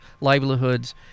livelihoods